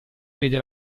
vede